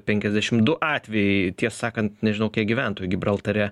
penkiasdešim du atvejai tiesą sakant nežinau kiek gyventojų gibraltare